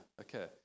okay